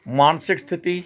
ਮਾਨਸਿਕ ਸਥਿਤੀ